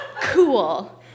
Cool